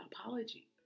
apology